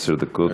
עשר דקות.